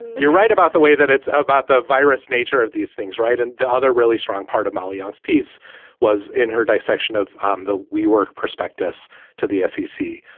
you're right about the way that it's about the virus nature of these things. right. and the other really strong part of molly young's piece was in her dissection of um the we work prospectus to the s e c.